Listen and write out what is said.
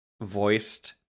voiced